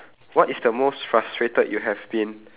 what is the most frustrated you have been